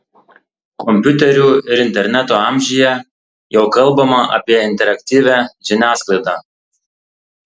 kompiuterių ir interneto amžiuje jau kalbama apie interaktyvią žiniasklaidą